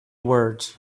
words